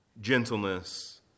gentleness